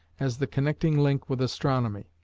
as the connecting link with astronomy,